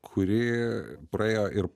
kuri praėjo ir